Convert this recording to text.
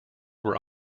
were